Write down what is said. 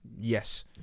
Yes